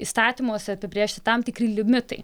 įstatymuose apibrėžti tam tikri limitai